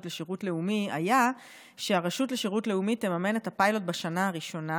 לשירות לאומי היה שהרשות לשירות לאומי תממן את הפיילוט בשנה הראשונה,